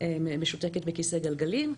משותקת בכיסא גלגלים,